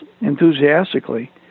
enthusiastically